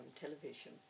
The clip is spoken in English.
television